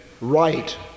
right